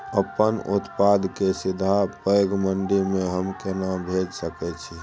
अपन उत्पाद के सीधा पैघ मंडी में हम केना भेज सकै छी?